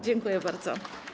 Dziękuję bardzo.